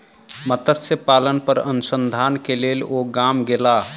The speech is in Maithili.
मत्स्य पालन पर अनुसंधान के लेल ओ गाम गेला